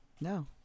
No